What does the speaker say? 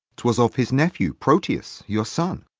twas of his nephew proteus, your son.